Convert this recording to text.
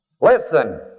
Listen